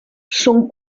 són